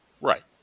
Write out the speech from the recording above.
Right